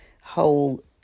whole